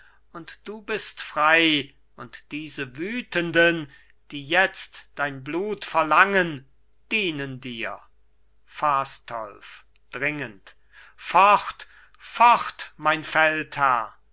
und du bist frei und diese wütenden die jetzt dein blut verlangen dienen dir fastolf dringend fort fort mein feldherr